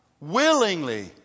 willingly